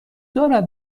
دارد